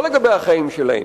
לא לגבי החיים שלהם.